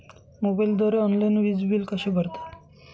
मोबाईलद्वारे ऑनलाईन वीज बिल कसे भरतात?